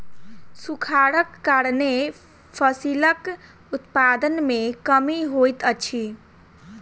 सूखाड़क कारणेँ फसिलक उत्पादन में कमी होइत अछि